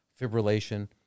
fibrillation